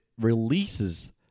releases